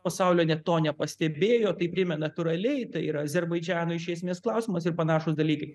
pasaulio net to nepastebėjo tai priėmė natūraliai tai yra azerbaidžano iš esmės klausimas ir panašūs dalykai